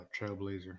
trailblazer